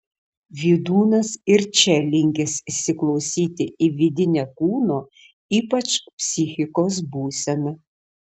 vydūnas ir čia linkęs įsiklausyti į vidinę kūno ypač psichikos būseną